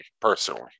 personally